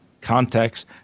context